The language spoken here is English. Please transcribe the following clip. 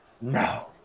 No